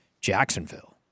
Jacksonville